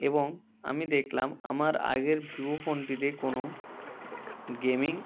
এবং আমি দেখলাম আমার আগের ভিভো ফোনটিতে কোনো গেমিং